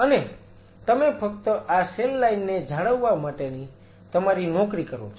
અને તમે ફક્ત આ સેલ લાઈન ને જાળવવા માટેની તમારી નોકરી કરો છો